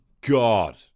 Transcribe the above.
god